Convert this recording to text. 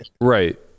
right